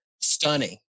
stunning